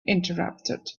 interrupted